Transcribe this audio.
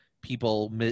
people